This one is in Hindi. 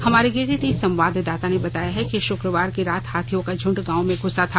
हमारे गिरिंडीह संवाददाता ने बताया है कि शुक्रवार की रात हाथियों का झंड गांव में घूसा था